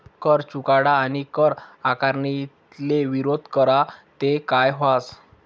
कर चुकाडा आणि कर आकारणीले विरोध करा ते काय व्हस